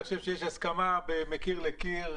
ואני חושב שיש הסכמה מקיר לקיר,